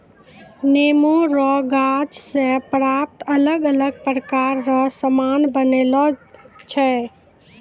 नेमो रो गाछ से प्राप्त अलग अलग प्रकार रो समान बनायलो छै